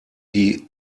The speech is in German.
die